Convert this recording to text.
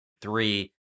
three